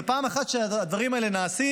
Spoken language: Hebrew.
ופעם אחת שהדברים האלה נעשים,